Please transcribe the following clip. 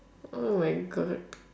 oh my god